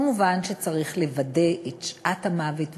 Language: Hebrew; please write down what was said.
מובן שצריך לוודא את שעת המוות,